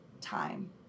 time